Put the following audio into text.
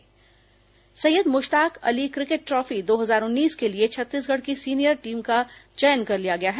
स्तरीय Syed Mushtaq Ali cricket trophy दो हजार उन्नीस के लिए छत्तीसगढ़ की सीनियर टीम का चयन कर लिया गया है